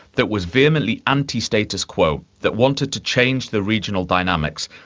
that was vehemently anti status quo, that wanted to change the regional dynamics.